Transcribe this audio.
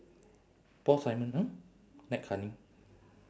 paul simon !huh! mccartney